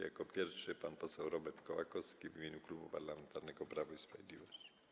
Jako pierwszy pan poseł Robert Kołakowski w imieniu Klubu Parlamentarnego Prawo i Sprawiedliwość.